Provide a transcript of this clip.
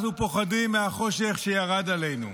אנחנו פוחדים מהחושך שירד עלינו.